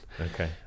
Okay